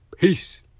Peace